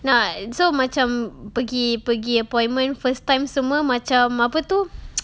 nak so macam pergi pergi appointment first time semua macam apa tu